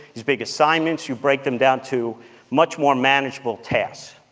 these big assignments, you break them down too much more manageable tasks,